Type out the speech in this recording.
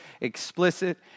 explicit